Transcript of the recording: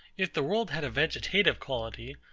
if the world had a vegetative quality,